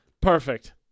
Perfect